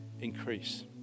increase